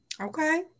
Okay